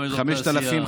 גם אזור תעשייה.